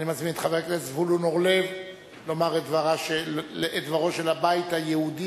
אני מזמין את חבר הכנסת זבולון אורלב לומר את דברה של הבית היהודי,